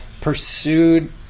pursued